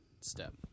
step